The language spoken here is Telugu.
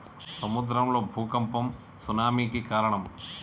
సముద్రం లో భూఖంపం సునామి కి కారణం